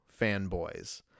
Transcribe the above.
fanboys